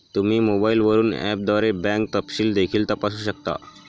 तुम्ही मोबाईलवरून ऍपद्वारे बँक तपशील देखील तपासू शकता